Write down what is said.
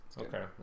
Okay